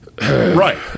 right